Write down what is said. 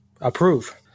Approve